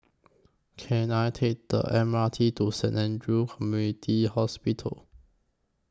Can I Take The M R T to Saint Andrew's Community Hospital